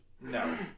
no